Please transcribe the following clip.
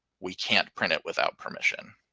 we can't print it without permission.